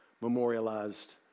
memorialized